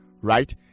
right